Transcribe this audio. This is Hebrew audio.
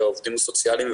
העובדים הסוציאליים,